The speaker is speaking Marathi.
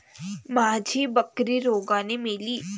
माझी बकरी रोगाने मेली